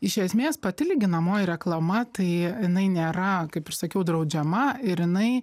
iš esmės pati lyginamoji reklama tai jinai nėra kaip ir sakiau draudžiama ir jinai